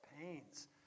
pains